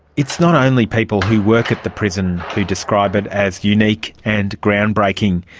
it's not only people who work at the prison who describe it as unique and ground-breaking.